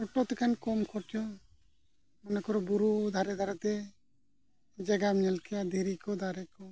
auto ᱛᱮᱠᱷᱟᱱ ᱠᱚᱢ ᱠᱷᱚᱨᱪᱟ ᱢᱚᱱᱮ ᱠᱚᱨᱚ ᱵᱩᱨᱩ ᱫᱷᱟᱨᱮ ᱫᱷᱟᱨᱮ ᱛᱮ ᱡᱟᱭᱜᱟᱢ ᱧᱮᱞ ᱠᱮᱜᱼᱟ ᱫᱷᱤᱨᱤ ᱠᱚ ᱫᱟᱨᱮ ᱠᱚ